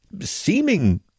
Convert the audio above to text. seeming